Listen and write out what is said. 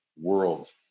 world